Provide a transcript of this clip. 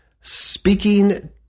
speaking